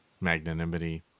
magnanimity